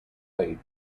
played